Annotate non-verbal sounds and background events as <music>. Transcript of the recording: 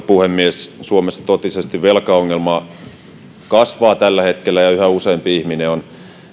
<unintelligible> puhemies suomessa totisesti velkaongelma kasvaa tällä hetkellä ja yhä useampi ihminen on